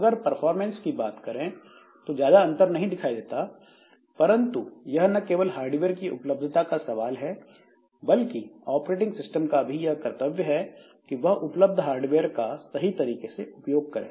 अगर परफॉर्मेंस की बात करें तो ज्यादा अंतर नहीं दिखाई देता परंतु यह न केवल हार्डवेयर की उपलब्धता का सवाल है बल्कि ऑपरेटिंग सिस्टम का भी यह कर्तव्य है कि वह उपलब्ध हार्डवेयर का सही तरीके से उपयोग करें